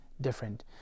different